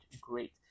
great